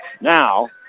Now